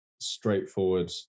straightforward